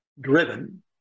driven